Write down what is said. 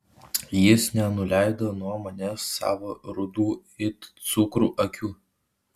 jis nenuleido nuo manęs savo rudų it cukrus akių